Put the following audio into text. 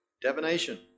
divination